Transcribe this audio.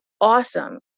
awesome